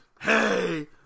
hey